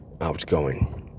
outgoing